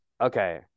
Okay